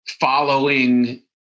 following